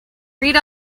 read